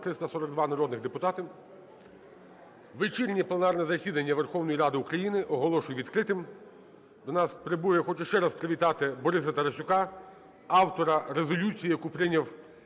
Вечірнє пленарне засідання Верховної Ради України оголошую відкритим. До нас прибув, я хочу ще раз привітати Бориса Тарасюка автора резолюції, яку прийняв